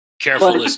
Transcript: Careful